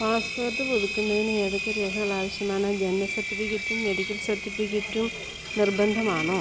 passport പുതുക്കുന്നതിന് ഏതൊക്കെ രേഖകളാവശ്യമാണ് ജനന സർട്ടിഫിക്കറ്റും മെഡിക്കൽ സർട്ടിഫിക്കറ്റും നിർബന്ധമാണോ